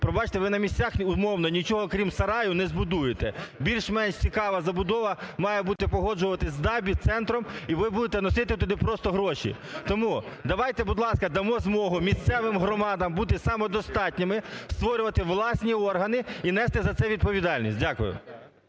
пробачте, ви на місцях, умовно, крім сараю не збудуєте. Більш-менш цікава забудова має бути погоджуватись з ДАБІ-центром, і ви будете носити туди просто гроші. Тому давайте, будь ласка, дамо змогу місцевим громадам бути самодостатніми, створювати власні органи і нести за це відповідальність. Дякую.